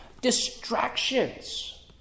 distractions